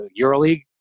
EuroLeague